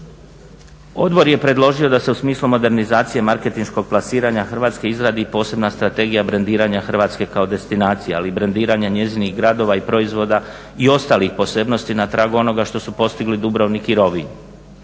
Odbor je predložio da se u smislu modernizacije marketinškog plasiranja Hrvatske izradi i posebna strategija brendiranja Hrvatske kao destinacije ali i brendiranje njezinih gradova i proizvoda i ostalih posebnosti na tragu onoga što su postigli Dubrovnik i Rovinj.